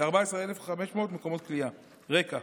רקע: